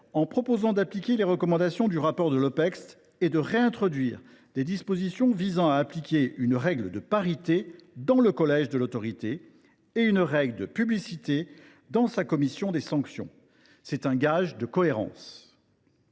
en proposant d’appliquer les recommandations du rapport de l’Opecst et de réintroduire des dispositions instaurant une règle de parité, dans le collège de l’autorité, et une règle de publicité, dans sa commission des sanctions. C’est un gage de cohérence.